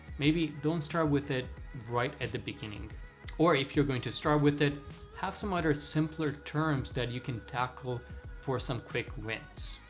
maybe don't start with it right at the beginning or if you're going to start with it have some other simpler terms that you can tackle for some quick wins.